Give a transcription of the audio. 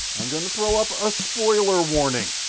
and and throwing up a spoiler warning.